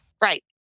Right